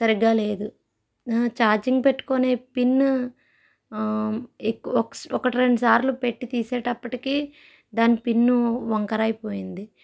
సరిగ్గా లేదు నా ఛార్జింగ్ పెట్టుకునే పిన్ ఎక్కు ఓ ఒకటి రెండ్లు సార్లు పెట్టి తీసేటప్పటికీ దాని పిన్ను వంకరైపోయింది